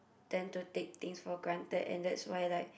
then to take things for granted and then that's why like